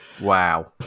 Wow